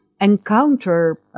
encounter